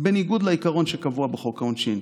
בניגוד לעיקרון שקבוע בחוק העונשין.